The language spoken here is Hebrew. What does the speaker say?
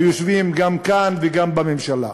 היושבים גם כאן וגם בממשלה.